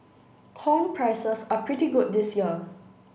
corn prices are pretty good this year